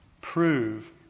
Prove